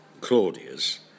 Claudius